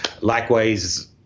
Likewise